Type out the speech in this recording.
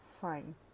fine